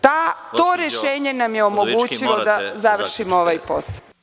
To rešenje nam je omogućilo da završimo ovaj posao.